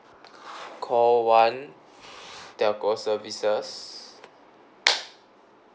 call one telco services